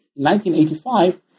1985